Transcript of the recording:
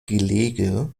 gelege